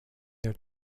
their